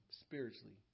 spiritually